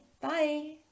Bye